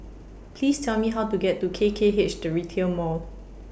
Please Tell Me How to get to K K H The Retail Mall